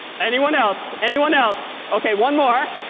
anyone else? anyone else? ok. one more.